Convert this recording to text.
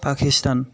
Pakistan